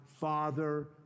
Father